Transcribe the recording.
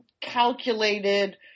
calculated